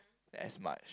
as much